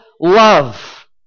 love